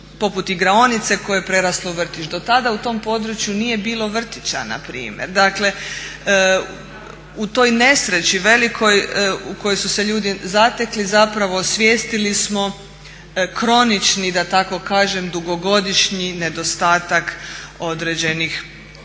poput igraonice koje je preraslo u vrtić. Do tada u tom području nije bilo vrtića npr. Dakle u toj nesreći velikoj u kojoj su se ljudi zatekli zapravo osvijestili smo kronični da tako kažem dugogodišnji nedostatak određenih programa